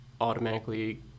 automatically